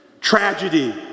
Tragedy